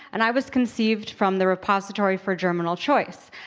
and i was conceived from the repository for germinal choice.